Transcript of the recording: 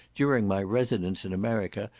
during my residence in america,